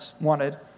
wanted